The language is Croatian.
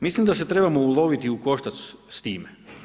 Mislim da se trebamo uloviti u koštac s time.